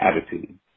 attitude